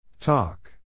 Talk